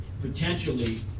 Potentially